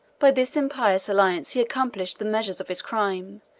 by this impious alliance he accomplished the measure of his crimes,